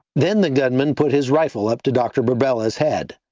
then the gunman put his rifle up to dr. burbella's head.